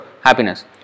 happiness